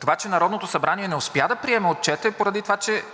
Това, че Народното събрание не успя да приеме Отчета, е поради това, че